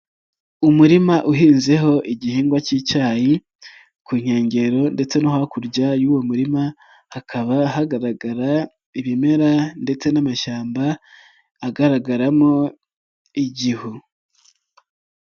Umurima uhinzeho igihingwa k'icyayi ku nkengero ndetse no hakurya y'uwo murima hakaba hagaragara ibimera ndetse n'amashyamba agaragaramo igihu.